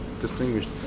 Distinguished